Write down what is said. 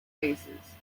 cases